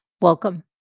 Welcome